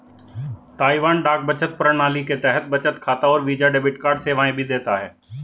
Taiwan डाक बचत प्रणाली के तहत बचत खाता और वीजा डेबिट कार्ड सेवाएं भी देता है